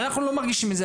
אנחנו לא מרגישים את זה.